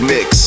Mix